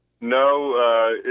No